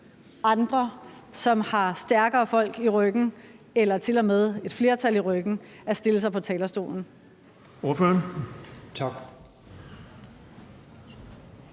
andre, som har stærkere folk i ryggen eller tilmed et flertal i ryggen, at stille sig op på talerstolen.